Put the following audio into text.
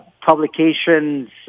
publications